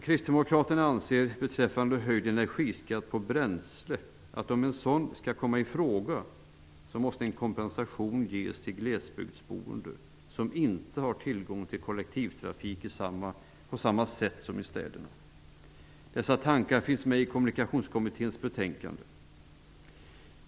Kristdemokraterna anser att om en höjd energiskatt på bränsle skall komma i fråga måste en kompensation ges till glesbygdsboende, som inte har tillgång till kollektivtrafik på samma sätt som man har i städerna. Dessa tankar finns med i Kommunikationskommitténs betänkande.